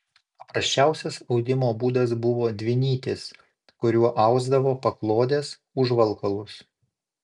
paprasčiausias audimo būdas buvo dvinytis kuriuo ausdavo paklodes užvalkalus